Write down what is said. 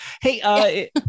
Hey